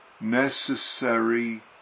necessary